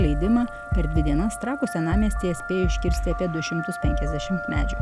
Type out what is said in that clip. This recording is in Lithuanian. leidimą per dvi dienas trakų senamiestyje spėjo iškirsti apie du šimtus penkiasdešimt medžių